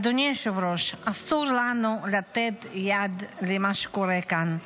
אדוני היושב-ראש, אסור לנו לתת יד למה שקורה כאן.